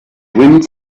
wind